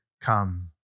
come